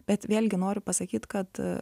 bet vėlgi noriu pasakyt kad